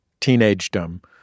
teenagedom